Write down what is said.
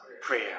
prayer